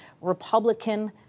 Republican